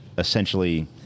Essentially